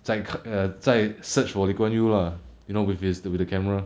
再看 err 再 search for lee kuan yew lah you know with his with the camera